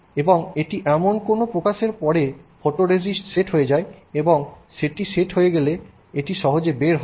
এবং এটি এমন যে কোনও প্রকাশের পরে ফটোরেজিস্ট সেট হয়ে যায় এবং এটি সেট হয়ে গেলে এটি সহজে বের হয় না